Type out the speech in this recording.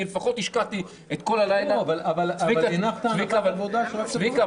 אני לפחות השקעתי את כל הלילה --- אבל הנחת הנחת עבודה ש --- צביקה,